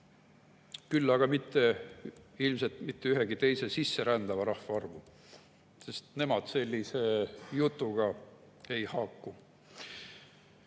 küll aga ilmselt mitte ühegi sisserändava rahva arvu, sest nemad sellise jutuga ei haaku.